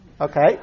okay